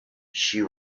she